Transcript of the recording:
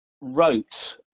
wrote